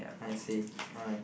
I see alright